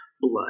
blood